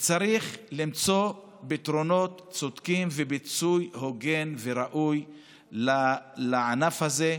צריך למצוא פתרונות צודקים ופיצוי הוגן וראוי לענף הזה.